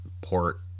port